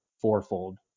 fourfold